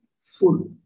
full